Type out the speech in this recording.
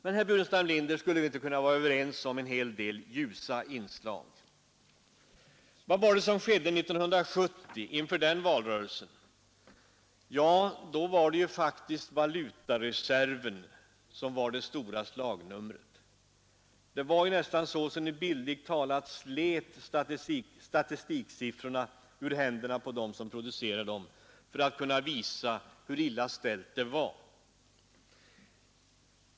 Men, herr Burenstam Linder, skulle vi inte kunna vara överens om en hel del ljusa inslag? Vad var det som skedde inför valrörelsen 1970? Då var faktiskt valutareserven det stora slagnumret. Bildligt talat slet ni ju nästan statistiksiffrorna ur händerna på dem som producerade dem, för att kunna visa hur illa ställt det var.